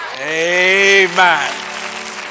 Amen